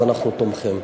אנחנו תומכים.